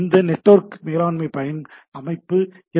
இந்த நெட்வொர்க் மேலாண்மை அமைப்பு எஸ்